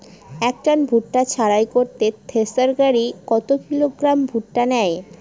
এক টন ভুট্টা ঝাড়াই করতে থেসার গাড়ী কত কিলোগ্রাম ভুট্টা নেয়?